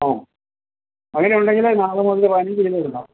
ആ അങ്ങനെ ഉണ്ടെങ്കിലേ നാളെ മുതൽ പതിനഞ്ച് കിലോ എടുക്കാം